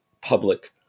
public